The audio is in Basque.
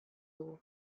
dugu